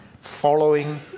following